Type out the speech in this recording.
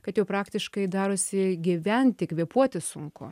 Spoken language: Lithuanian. kad jau praktiškai darosi gyventi kvėpuoti sunku